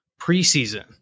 preseason